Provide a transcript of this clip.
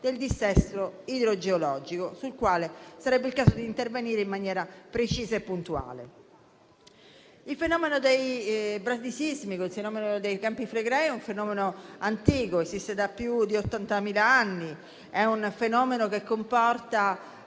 del dissesto idrogeologico, sul quale sarebbe il caso di intervenire in maniera precisa e puntuale. Il fenomeno bradisismico dei Campi Flegrei è antico, che esiste da più di 80.000 anni. È un fenomeno che comporta